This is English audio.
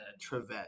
Trivet